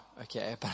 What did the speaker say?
okay